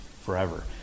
forever